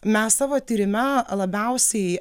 mes savo tyrime labiausiai